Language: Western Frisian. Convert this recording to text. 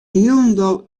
hielendal